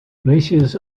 glaciers